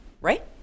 right